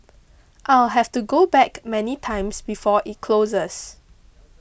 I'll have to go back many times before it closes